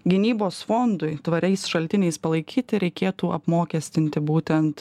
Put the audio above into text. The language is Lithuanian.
gynybos fondui tvariais šaltiniais palaikyti reikėtų apmokestinti būtent